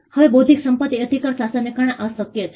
હવે બૌદ્ધિક સંપત્તિ અધિકાર શાસનને કારણે આ શક્ય છે